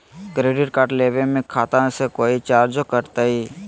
Credit card लेवे में खाता से कोई चार्जो कटतई?